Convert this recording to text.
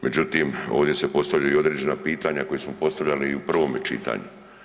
Međutim, ovdje se postavljaju i određena pitanja koja smo postavljali i u prvome čitanju.